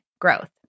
growth